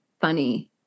funny